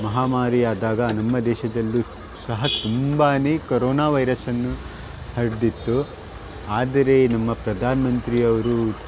ಮಹಾಮಾರಿಯಾದಾಗ ನಮ್ಮ ದೇಶದಲ್ಲಿ ಸಹ ತುಂಬನೇ ಕೊರೋನಾ ವೈರಸನ್ನು ಹರಡಿತ್ತು ಆದರೆ ನಮ್ಮ ಪ್ರಧಾನ ಮಂತ್ರಿಯವರು